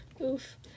Oof